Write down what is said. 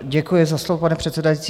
Děkuji za slovo, pane předsedající.